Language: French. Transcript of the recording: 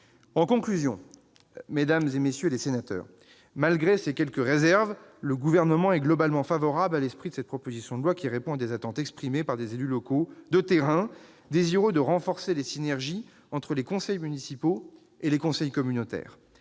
En conclusion, mesdames, messieurs les sénateurs, malgré ces quelques réserves, le Gouvernement est globalement favorable à l'esprit de cette proposition de loi, qui répond à des attentes exprimées par des élus locaux de terrain désireux de renforcer les synergies entre les conseils municipaux et les conseils communautaires.